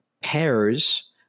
pairs